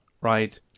right